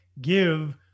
give